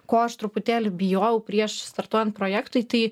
ko aš truputėlį bijojau prieš startuojant projektui tai